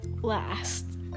last